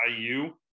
IU